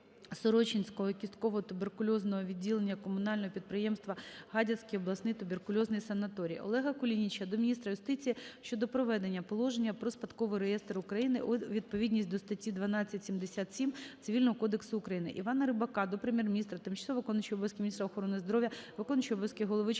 Великосорочинського кістково-туберкульозного відділення комунального підприємства "Гадяцький обласний туберкульозний санаторій". Олега Кулініча до міністра юстиції щодо приведення Положення про Спадковий реєстр України у відповідність до статті 1277 Цивільного кодексу України. Івана Рибака до Прем'єр-міністра, тимчасово виконуючої обов'язки міністра охорони здоров'я, виконуючого обов'язки голови Чернівецької